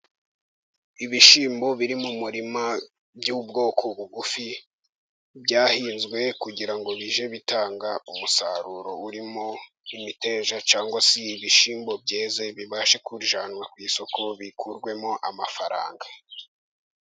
Ibishyimbo biri mu murima by'ubwoko bugufi, byahinzwe kugira ngo bijye bitanga umusaruro urimo imiteja, cyangwa se ibishyimbo byeze, bibashe kujyanwa ku isoko bikurwemo amafaranga.